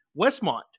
Westmont